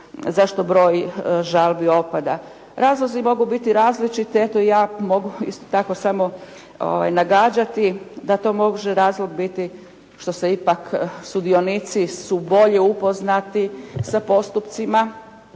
zašto broj žalbi opada. Razlozi mogu biti različiti, eto ja mogu isto tako samo nagađati da to može razlog biti što se ipak sudionici su bolje upoznati sa postupcima